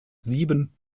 sieben